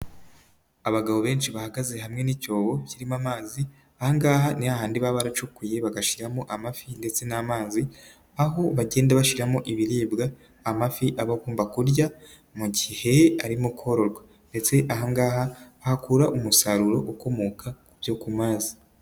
Abagabo benshi bahagaze hamwe n'icyobo kirimo amazi, ahangaha ni hahandi baba baracukuye bagashiramo amafi ndetse n'amazi, aho bagenda bashiramo ibiribwa amafi abagomba kurya, mu gihe arimo kororwa ndetse ahangaha bahakura umusaruro ukomoka mu byo ku mazi.